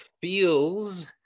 feels